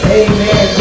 amen